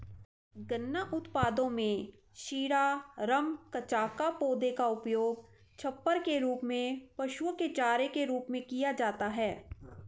गन्ना उत्पादों में शीरा, रम, कचाका, पौधे का उपयोग छप्पर के रूप में, पशुओं के चारे के रूप में किया जाता है